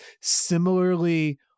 similarly